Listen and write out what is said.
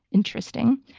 interesting.